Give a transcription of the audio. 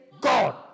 God